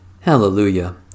Hallelujah